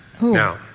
Now